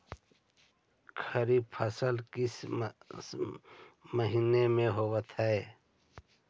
खरिफ फसल किस महीने में होते हैं?